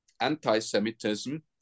anti-Semitism